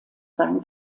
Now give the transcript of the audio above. sein